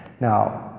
Now